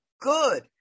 good